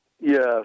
Yes